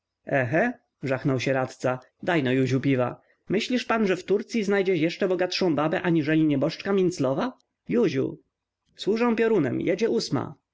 żachnął się radca dajno józiu piwa myślisz pan że w turcyi znajdzie jeszcze bogatszą babę aniżeli nieboszczka minclowa józiu służę piorunem jedzie ósma